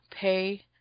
pay